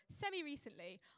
Semi-recently